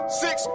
six